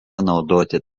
naudoti